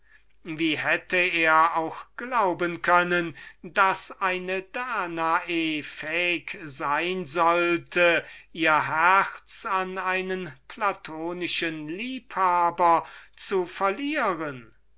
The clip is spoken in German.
wie hätte er auch glauben können daß eine danae fähig sein sollte ihr herz an einen platonischen liebhaber zu verlieren